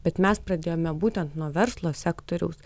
bet mes pradėjome būtent nuo verslo sektoriaus